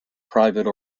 private